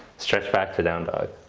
stretch back to down dog.